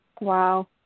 Wow